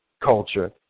culture